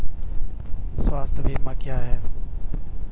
स्वास्थ्य बीमा क्या है?